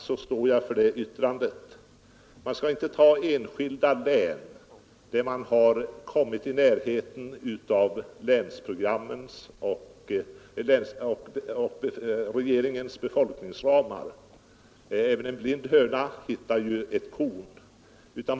Man skall inte anföra som bevis enskilda län där man har kommit i närheten av länsprogrammens och regeringsförslagets befolkningsramar — även en blind höna kan ju hitta ett korn.